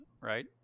right